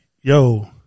yo